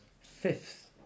fifth